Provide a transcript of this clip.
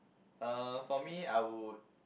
uh for me I would